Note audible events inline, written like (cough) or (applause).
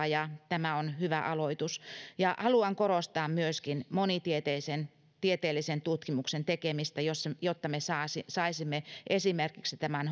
(unintelligible) ja tämä on hyvä aloitus ja haluan korostaa myöskin monitieteellisen tutkimuksen tekemistä jotta jotta me saisimme esimerkiksi tämän (unintelligible)